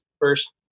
first